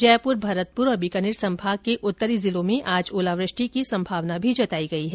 जयपुर भरतपुर और बीकानेर संभाग के उत्तरी जिलों में आज ओलावृष्टि की संभावना भी जताई गई है